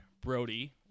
Brody